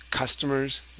Customers